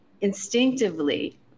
instinctively